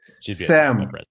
Sam